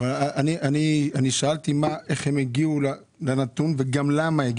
אני שאלתי איך הם הגיעו לנתון הזה ולמה.